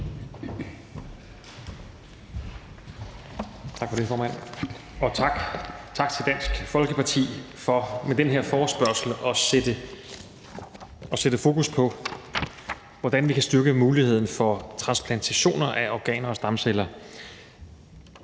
Tak for det, formand, og tak til Dansk Folkeparti for med den her forespørgsel at sætte fokus på, hvordan vi kan styrke muligheden for transplantationer af organer og stamceller.